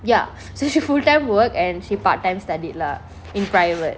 ya so she full time work and she part time studied lah in private